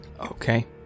Okay